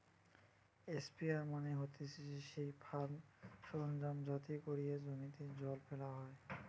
sprayer মানে হতিছে সেই ফার্ম সরঞ্জাম যাতে কোরিয়া জমিতে জল ফেলা হয়